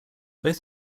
both